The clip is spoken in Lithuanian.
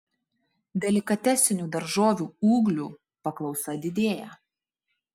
delikatesinių daržovių ūglių paklausa didėja